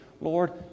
Lord